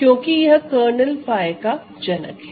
क्योंकि यह कर्नेल 𝜑 का जनक है